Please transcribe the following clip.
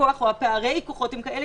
כבוד השרה,